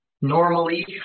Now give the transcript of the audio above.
normally